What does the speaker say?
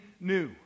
new